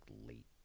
late